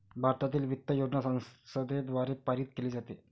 भारतातील वित्त योजना संसदेद्वारे पारित केली जाते